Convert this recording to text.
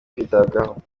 kwitabwaho